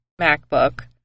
MacBook